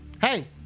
Hey